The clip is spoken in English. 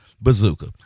bazooka